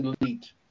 elite